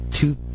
Two